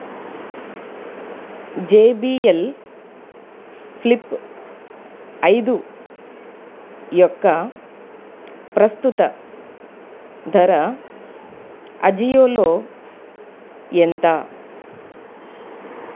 JBL flip ఐదు యొక్క ప్రస్తుత ధర అజియోలో ఎంత